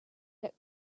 that